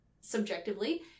subjectively